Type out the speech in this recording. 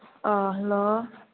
ꯑꯥ hello